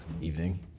evening